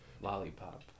Lollipop